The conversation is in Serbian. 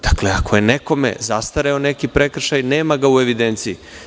Dakle, ako je nekome zastareo neki prekršaj, nema ga u evidenciji.